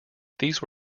these